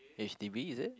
h_d_b is it